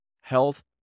health